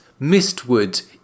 Mistwood